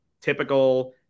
typical